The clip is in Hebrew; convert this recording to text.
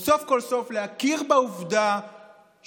או סוף כל סוף להכיר בעובדה שבישראל